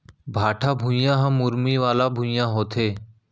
भाठा भुइयां ह मुरमी वाला भुइयां होथे